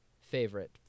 favorite